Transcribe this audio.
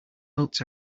oats